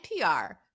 NPR